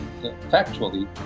factually